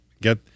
get